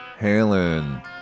Halen